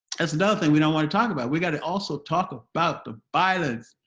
that's another thing we don't want to talk about we got to also talk about the violence